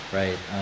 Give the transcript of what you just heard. right